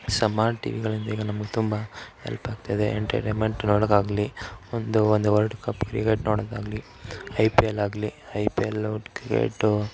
ಸಮ್ಮಾನ್ ಟಿವಿಗಳಿಂದ ಈಗ ನಮ್ಗೆ ತುಂಬ ಹೆಲ್ಪ್ ಆಗ್ತಾಯಿದೆ ಎಂಟರ್ಟೈಮೆಂಟ್ ನೋಡೋಕ್ಕಾಗಲಿ ಒಂದು ಒಂದು ವರ್ಡ್ ಕಪ್ ಕ್ರಿಕೆಟ್ ನೋಡೋದಾಗಲಿ ಐ ಪಿ ಎಲ್ ಆಗಲಿ ಐ ಪಿ ಎಲು ಕ್ರಿಕೇಟು